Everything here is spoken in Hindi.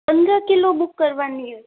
पंद्रह किलो बुक करवानी है